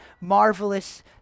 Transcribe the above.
marvelous